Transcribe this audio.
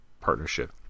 partnership